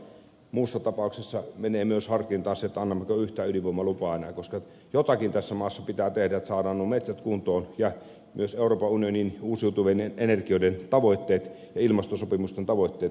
muussa tapauksessa menee myös harkintaan se annammeko yhtään ydinvoimalupaa enää koska jotakin tässä maassa pitää tehdä jotta saadaan nuo metsät kuntoon ja myös euroopan unionin uusiutuvien energioiden tavoitteet ja ilmastosopimusten tavoitteet pystymme täyttämään